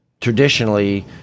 Traditionally